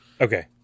Okay